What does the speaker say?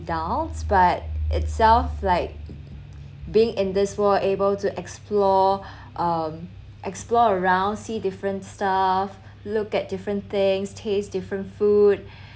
downs but itself like being in this we're able to explore um explore around see different stuff look at different things taste different food